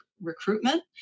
recruitment